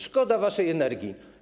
Szkoda waszej energii.